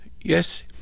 yes